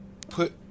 put